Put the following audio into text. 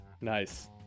Nice